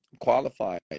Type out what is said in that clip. qualified